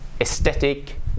aesthetic